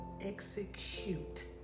execute